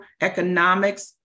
economics